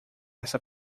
essa